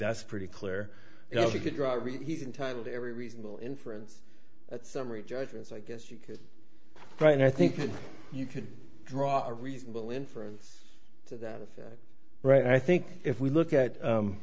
that's pretty clear if you could drive he's entitled to every reasonable inference that summary justice i guess you could write and i think you could draw a reasonable inference to that effect right i think if we look at